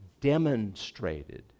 demonstrated